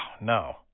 no